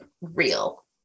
real